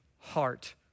heart